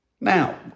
Now